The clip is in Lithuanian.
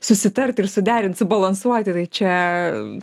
susitart ir suderint subalansuoti tai čia